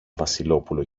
βασιλόπουλο